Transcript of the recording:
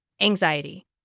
anxiety